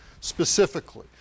specifically